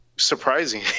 surprising